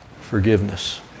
forgiveness